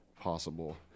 possible